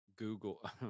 Google